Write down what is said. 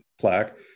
plaque